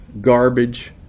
garbage